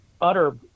utter